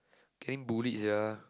getting bullied !sia!